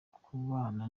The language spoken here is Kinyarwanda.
kubana